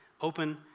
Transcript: open